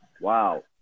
wow